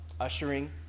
ushering